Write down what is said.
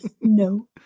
No